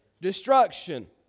Destruction